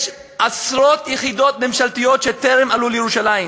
יש עשרות יחידות ממשלתיות שטרם עלו לירושלים,